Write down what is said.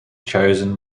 chosen